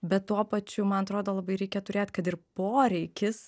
bet tuo pačiu man atrodo labai reikia turėt kad ir poreikis